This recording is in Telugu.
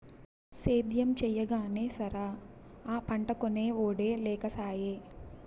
సేద్యం చెయ్యగానే సరా, ఆ పంటకొనే ఒడే లేకసాయే